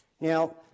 Now